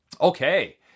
Okay